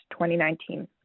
2019